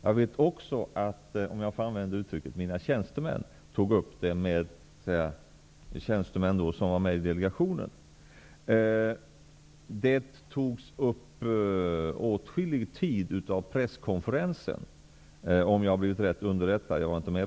Jag vet emellertid också att, om jag får använda uttrycket, mina tjänstemän som var med i delegationen tog upp frågan. Åtskillig tid av presskonferensen ägnades åt denna fråga -- om jag har blivit rätt underrättad.